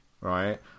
Right